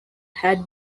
had